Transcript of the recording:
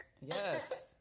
Yes